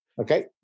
Okay